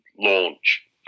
launch